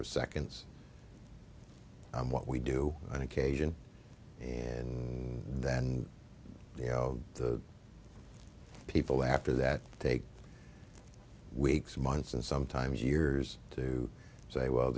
of seconds and what we do on occasion and then you know the people after that take weeks months and sometimes years to say well